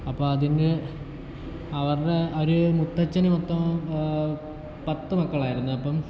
അപ്പം അതിന് അവരുടെ ഒരു മുത്തച്ഛനു മൊത്തോം പത്ത് മക്കളായിരുന്നു അപ്പം